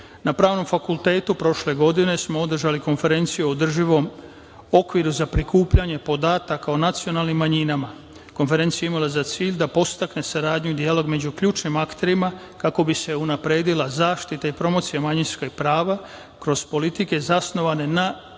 pravnom fakultetu prošle godine smo održali konferenciju o održivom okviru za prikupljanje podataka o nacionalnim manjinama. Konferencija je imala za cilj da podstakne saradnju i dijalog među ključnim akterima kako bi se unapredila zaštita i promocija manjinskih prava kroz politike zasnovane na